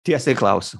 tiesiai klausiu